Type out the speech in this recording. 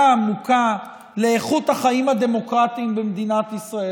העמוקה לאיכות החיים הדמוקרטיים במדינת ישראל,